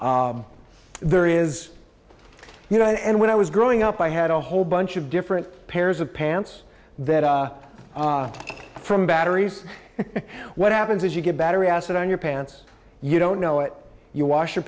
d there is you know and when i was growing up i had a whole bunch of different pairs of pants that from batteries what happens is you get battery acid on your pants you don't know if you wash your